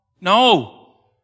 no